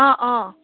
অঁ অঁ